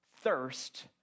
thirst